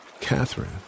Catherine